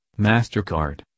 MasterCard